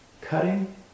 cutting